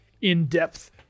in-depth